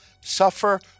suffer